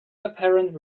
apparent